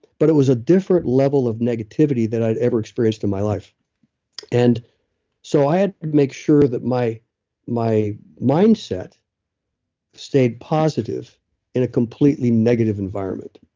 but it was a different level of negativity than i'd ever experienced in my life and so, i had to make sure that my my mindset stayed positive in a completely negative environment.